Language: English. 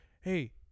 hey